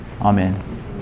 Amen